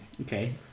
Okay